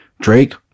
Drake